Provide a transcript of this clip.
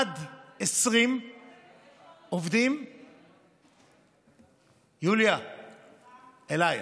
עד 20 עובדים, יוליה, אלייך.